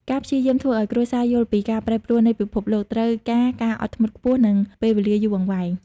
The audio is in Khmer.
ការព្យាយាមធ្វើឱ្យគ្រួសារយល់ពី "ការប្រែប្រួលនៃពិភពលោក" ត្រូវការការអត់ធ្មត់ខ្ពស់ និងពេលវេលាយូរអង្វែង។